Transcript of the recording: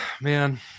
man